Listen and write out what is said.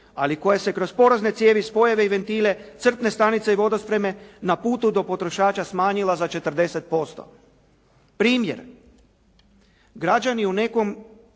ali koja se kroz porozne cijevi, spojeve i ventile crpne stanice i vodospreme na putu do potrošača smanjila za 40%. Primjer. Građani u nekom